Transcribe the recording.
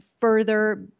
further